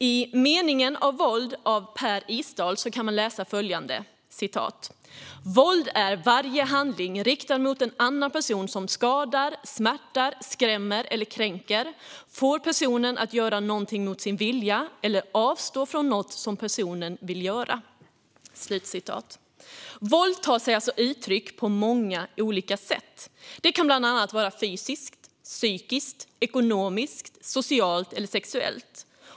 I Meningen med våld av Per Isdal kan man läsa följande: "Våld är varje handling riktad mot en annan person som skadar, smärtar, skrämmer eller kränker, får personen att göra någonting mot sin vilja eller att avstå från att göra någonting personen vill." Våld tar sig alltså uttryck på många olika sätt. Det kan bland annat vara fysiskt, psykiskt, ekonomiskt, socialt eller sexuellt.